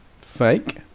Fake